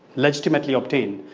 legitimately obtained.